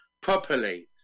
properly